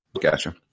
Gotcha